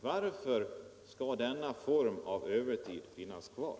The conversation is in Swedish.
Varför skall denna form av övertid finnas kvar?